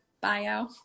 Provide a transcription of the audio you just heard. bio